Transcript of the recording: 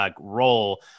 role